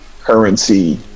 currency